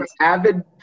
avid